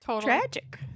tragic